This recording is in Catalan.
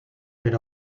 per